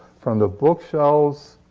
from the bookshelves.